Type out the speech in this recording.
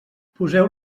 poseu